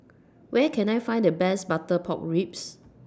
Where Can I Find The Best Butter Pork Ribs